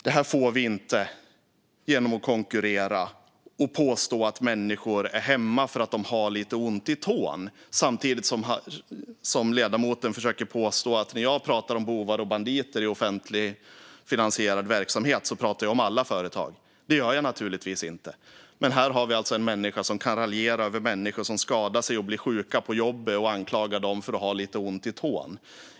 Det får vi inte genom att konkurrera och påstå att människor är hemma för att de har lite ont i tån. Samtidigt försöker ledamoten påstå att när jag pratar om bovar och banditer i offentligfinansierad verksamhet pratar jag om alla företag. Det gör jag naturligtvis inte. Men här har vi alltså en människa som kan raljera över människor som skadas och blir sjuka på jobbet och anklagar dem för att ha lite ont i tån.